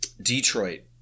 Detroit